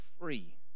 free